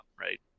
right